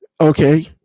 Okay